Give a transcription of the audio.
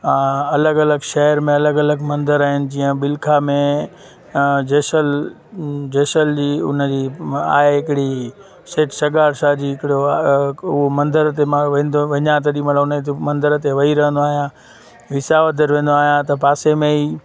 अलॻि अलॻि शहर में अलॻि अलॻि मंदर आहिनि जीअं बिल्खा में जेसल जेसल जी उनजी आहे हिकिड़ी सेठ सरदार शाह जी हिकिड़ो आहे उहो मंदर ते मां वेंदो हुउमि वञा तेॾीमहिल उन ते मंदर ते वेही रहंदो आहियां विसाउदर वेंदो आहियां त पासे में ई